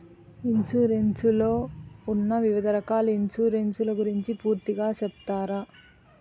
Insurance లో ఉన్న వివిధ రకాల ఇన్సూరెన్సు ల గురించి పూర్తిగా సెప్తారా?